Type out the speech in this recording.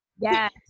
Yes